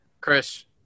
Chris